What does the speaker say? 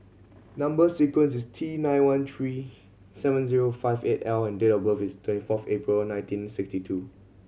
number sequence is T nine one three seven zero five eight L and date of birth is twenty four April nineteen sixty two